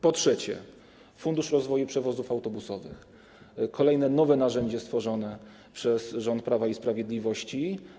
Po trzecie, fundusz rozwoju przewozów autobusowych, kolejne nowe narzędzie stworzone przez rząd Prawa i Sprawiedliwości.